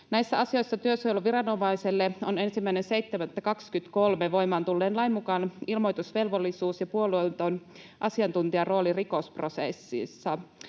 Näissä asioissa työsuojeluviranomaisella on 1.7.23 voimaan tulleen lain mukaan ilmoitusvelvollisuus ja puolueeton asiantuntijarooli rikosprosessissa.